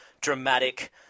dramatic